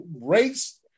race